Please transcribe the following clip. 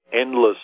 endless